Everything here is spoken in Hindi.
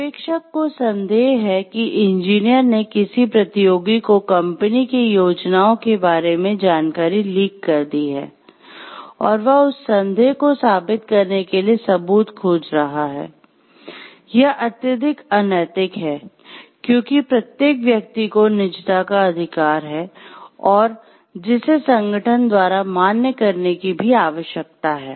पर्यवेक्षक को संदेह है कि इंजीनियर ने किसी प्रतियोगी को कंपनी की योजनाओं के बारे में जानकारी लीक कर दी है और वह उस संदेह को साबित करने के लिए सबूत खोज रहा है यह अत्यधिक अनैतिक है क्योंकि प्रत्येक व्यक्ति को निजता का अधिकार है और जिसे संगठन द्वारा मान्य करने की भी आवश्यकता है